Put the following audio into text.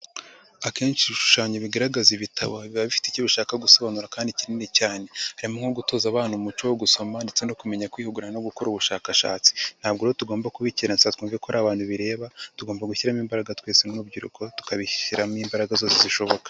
Akenshi ibishushanyo bigaragaza ibitabo biba bifite icyo bishaka gusobanura kandi kinini cyane, harimo nko gutoza abana umuco wo gusoma ndetse no kumenya kwihugura no gukora ubushakashatsi. Ntabwo rero tugomba kubikerensa twumve ko hari abantu bireba, tugomba gushyiramo imbaraga twese nk'urubyiruko tukabishyiramo imbaraga zose zishoboka.